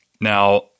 Now